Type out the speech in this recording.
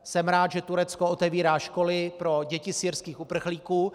Jsem rád, že Turecko otevírá školy pro děti syrských uprchlíků.